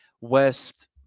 West